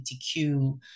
LGBTQ